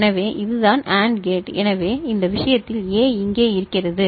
எனவே இதுதான் AND gate எனவே இந்த விஷயத்தில் A இங்கே வருகிறது